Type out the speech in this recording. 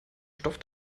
stoff